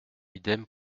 idem